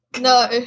No